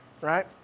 right